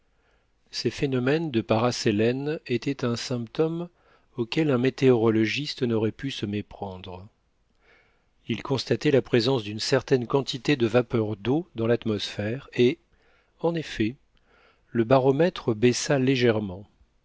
ces phénomènes de parasélènes étaient un symptôme auquel un météorologiste n'aurait pu se méprendre ils constataient la présence d'une certaine quantité de vapeur d'eau dans l'atmosphère et en effet le baromètre baissa légèrement